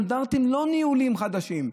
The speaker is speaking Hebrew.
לא סטנדרטים ניהוליים חדשים.